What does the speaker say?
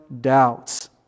doubts